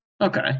Okay